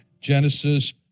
Genesis